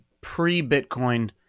pre-Bitcoin